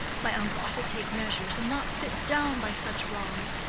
my uncle ought to take measures, and not sit down by such wrongs.